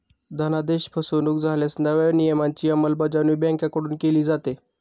धनादेश फसवणुक झाल्यास नव्या नियमांची अंमलबजावणी बँकांकडून केली जाते